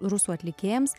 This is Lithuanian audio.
rusų atlikėjams